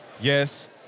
Yes